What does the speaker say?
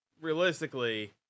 Realistically